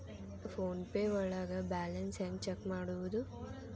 Phone pay ಒಳಗ balance ಹೆಂಗ್ check ಮಾಡುವುದು?